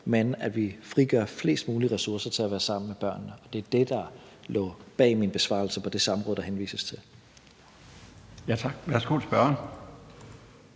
men at vi frigør flest mulige ressourcer til at være sammen med børnene. Det var det, der lå bag min besvarelse på det samråd, der henvises til. Kl. 13:51 Den